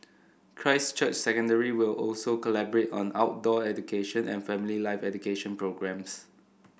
Christ Church Secondary will also collaborate on outdoor education and family life education programmes